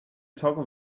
toggle